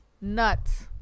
nuts